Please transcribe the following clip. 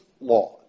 laws